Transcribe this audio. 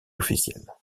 officielles